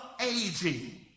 aging